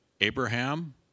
Abraham